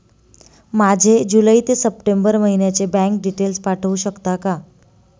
माझे जुलै ते सप्टेंबर महिन्याचे बँक डिटेल्स पाठवू शकता का?